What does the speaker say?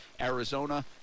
Arizona